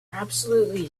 absolutely